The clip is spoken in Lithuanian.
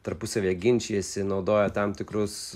tarpusavyje ginčijasi naudoja tam tikrus